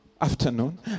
afternoon